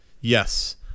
yes